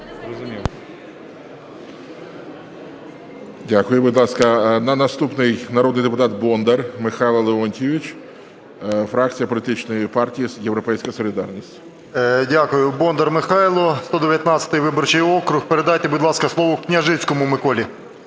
Дякую. Будь ласка, наступний народний депутат Бондар Михайло Леонтійович, фракція політичної партії "Європейська солідарність". 10:39:14 БОНДАР М.Л. Дякую. Бондар Михайло, 119 виборчий округ. Передайте, будь ласка, слово Княжицькому Миколі.